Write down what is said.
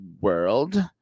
world